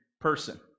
person